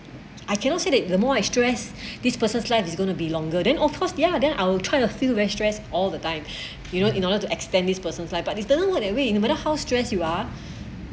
I cannot say that the more I stress this person's life is going to be longer then of course the ya then I'll try to feel very stress all the time you know in order to extend this person's life but this doesn't work that way no matter how stress you are